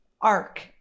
arc